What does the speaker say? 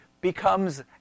becomes